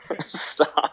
Stop